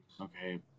Okay